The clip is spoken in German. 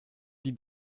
die